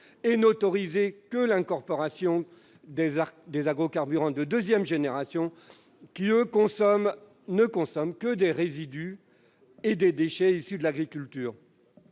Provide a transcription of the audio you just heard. et n'autoriser que l'incorporation d'agrocarburants de deuxième génération, qui ne consomment que des résidus et des déchets issus de l'agriculture,